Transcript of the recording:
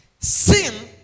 Sin